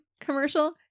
commercial